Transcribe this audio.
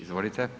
Izvolite.